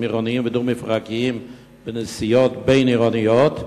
עירוניים ודו-מפרקיים בנסיעות בין-עירוניות?